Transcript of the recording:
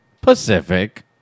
Pacific